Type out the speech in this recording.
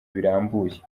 birambuye